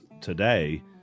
today